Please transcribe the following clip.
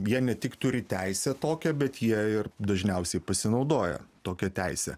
jie ne tik turi teisę tokią bet jie ir dažniausiai pasinaudoja tokia teise